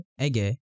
Ege